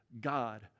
God